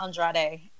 Andrade